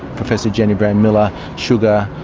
professor jennie brand-miller, sugar',